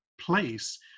place